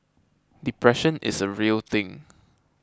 depression is a real thing